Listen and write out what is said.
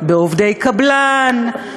בעובדי קבלן,